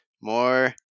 more